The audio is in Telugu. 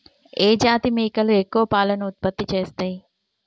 ఏ జాతి మేకలు ఎక్కువ పాలను ఉత్పత్తి చేస్తయ్?